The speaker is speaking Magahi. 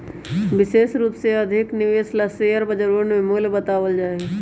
विशेष रूप से अधिक निवेश ला शेयर बजरवन में मूल्य बतावल जा हई